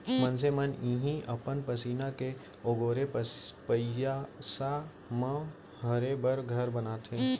मनसे मन ह इहीं अपन पसीना के ओगारे पइसा म रहें बर घर बनाथे